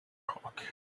rock